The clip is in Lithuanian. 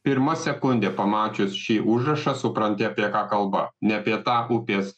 pirma sekundė pamačius šį užrašą supranti apie ką kalba ne apie tą upės